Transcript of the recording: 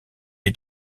est